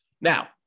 now